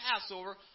Passover